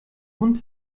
hund